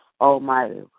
Almighty